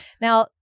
now